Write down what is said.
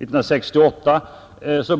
År 1968